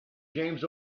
james